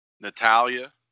Natalia